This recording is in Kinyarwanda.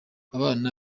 abana